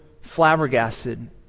flabbergasted